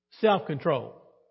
Self-control